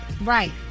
Right